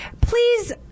Please